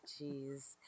Jeez